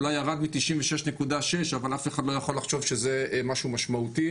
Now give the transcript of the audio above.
אולי ירד מ-96.6% אבל אף אחד לא יכול לחשוב שזה משהו משמעותי,